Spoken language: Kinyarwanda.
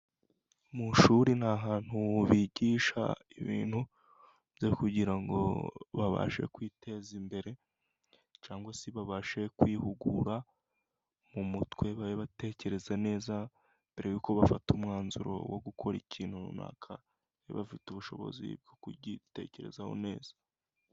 Mu ishuri ni ahantu bigisha ibintu byo kugira ngo babashe kwiteza imbere cyangwa se babashe kwihugura mu mutwe, babe batekereza neza mbere y'uko bafata umwanzuro wo gukora ikintu runaka babe bafite ubushobozi bwo kugitekerezaho neza.